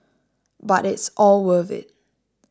but it's all worth it